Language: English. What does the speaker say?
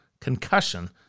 concussion